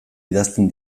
idazten